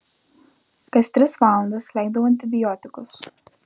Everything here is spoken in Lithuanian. kas tris valandas leidau antibiotikus